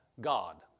God